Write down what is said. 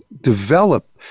develop